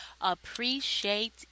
appreciate